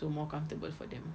so more comfortable for them